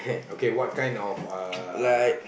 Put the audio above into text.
okay what kind of uh